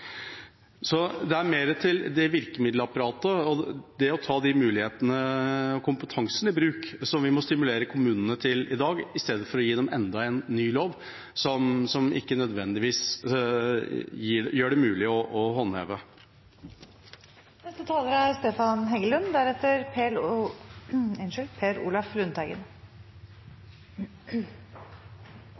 Så det er mer virkemiddelapparatet og det å ta mulighetene og kompetansen i bruk som vi må stimulere kommunene til i dag, i stedet for å gi dem enda en ny lov som ikke nødvendigvis er mulig å håndheve. Det var representanten Per Espen Stoknes som gjorde det tvingende nødvendig å